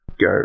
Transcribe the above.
go